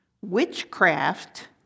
witchcraft